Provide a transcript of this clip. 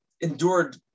endured